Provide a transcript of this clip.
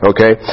Okay